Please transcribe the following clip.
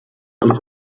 alles